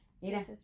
mira